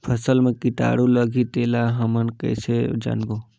फसल मा कीटाणु लगही तेला हमन कइसे जानबो?